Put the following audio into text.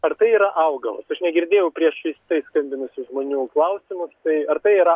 ar tai yra augalas aš negirdėjau prieš tai skambinusių žmonių klausimus tai ar tai yra